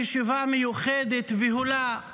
לישיבה מיוחדת, בהולה,